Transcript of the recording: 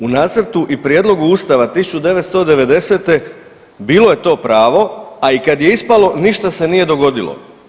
U nacrtu i prijedlogu Ustava 1990. bio je to pravo, a i kad je ispalo ništa se nije dogodilo.